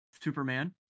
superman